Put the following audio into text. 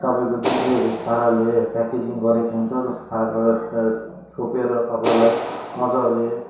तपाईँको जुन चाहिँ पाराले प्याकेजिङ गरेको हुन्छ जस पाराले छोपेर तपाईँलाई मज्जाले